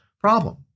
problem